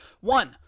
One